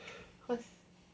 cause